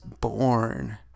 born